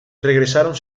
regresaron